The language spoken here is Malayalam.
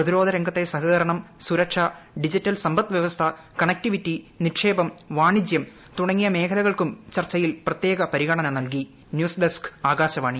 പ്രതിരോധ രംഗത്തെ സഹകരണം സുരക്ഷ ഡിജിറ്റൽ സമ്പദ്വ്യവസ്ഥ കണക്ടിവിറ്റി നിക്ഷേപം വാണിജ്യം തുടങ്ങിയ മേഖലകൾക്കും ചർച്ചയിൽ പ്രത്യേക പരിഗണന നൽകി